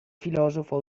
filosofo